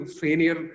senior